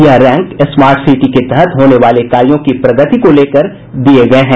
यह rank smart city के तहत होने वाले कार्यों की प्रगति को लेकर दिये गये हैं